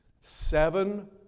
seven